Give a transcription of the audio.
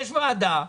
יש ועדה,